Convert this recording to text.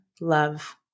love